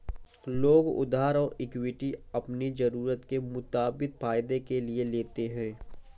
लोग उधार और इक्विटी अपनी ज़रूरत के मुताबिक फायदे के लिए लेते है